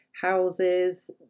houses